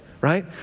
right